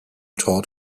taught